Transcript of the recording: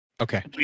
Okay